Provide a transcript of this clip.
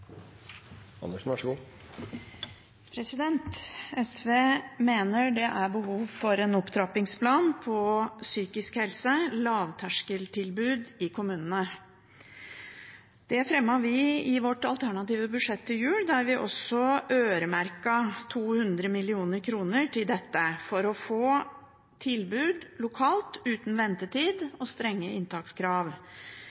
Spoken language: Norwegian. behov for en opptrappingsplan for lavterskel psykisk helsetilbud i kommunene. Det fremmet vi forslag om i vårt alternative budsjett til jul, der vi øremerket 200 mill. kr til dette for å få et tilbud lokalt uten ventetid